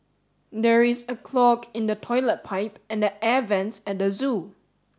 there is a clog in the toilet pipe and the air vents at the zoo